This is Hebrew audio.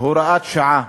הוראת שעה.